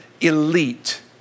elite